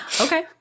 Okay